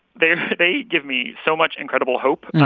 they ah they give me so much incredible hope.